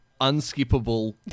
unskippable